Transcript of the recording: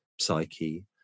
psyche